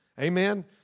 Amen